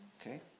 Okay